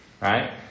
Right